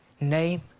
name